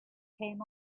came